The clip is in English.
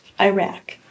Iraq